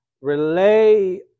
relay